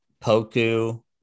Poku